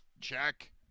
check